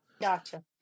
Gotcha